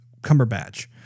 Cumberbatch